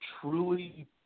truly